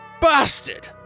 bastard